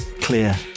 Clear